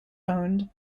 owned